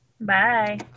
bye